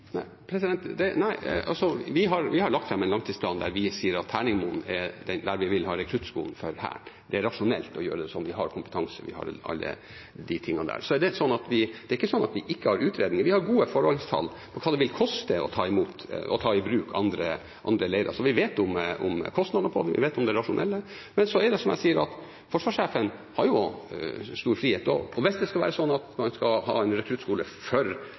Nei, vi har lagt fram en langtidsplan der vi sier at Terningmoen er der vi vil ha rekruttskolen for Hæren. Det er rasjonelt å gjøre det sånn. Vi har kompetansen, vi har alle de tingene. Det er ikke ikke sånn at vi ikke har utredninger. Vi har gode forholdstall på hva det vil koste å ta i bruk andre leirer, så vi vet om kostnader på det, vi vet om det rasjonelle. Men som jeg sier, har forsvarssjefen stor frihet, og hvis man skal ha en rekruttskole for heimevernsområder, noe som har vist seg vellykket i Finnmark, kan jo det være noe som gjøres andre plasser også. Vi har behov for